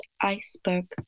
iceberg